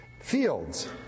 Fields